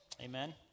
Amen